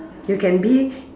you can be